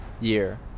year